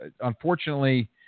unfortunately